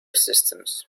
systems